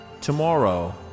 tomorrow